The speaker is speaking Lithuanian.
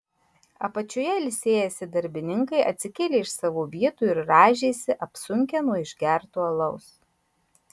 apačioje ilsėjęsi darbininkai atsikėlė iš savo vietų ir rąžėsi apsunkę nuo išgerto alaus